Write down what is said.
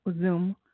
Zoom